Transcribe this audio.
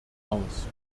aus